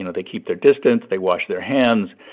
and they keep their distance. they wash their hands.